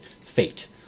Fate